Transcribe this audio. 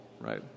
right